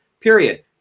period